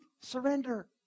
surrender